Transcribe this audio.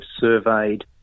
surveyed